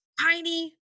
tiny